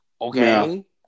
okay